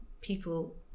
people